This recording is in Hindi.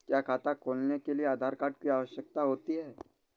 क्या खाता खोलने के लिए आधार कार्ड की आवश्यकता होती है?